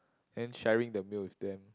then sharing the meal with them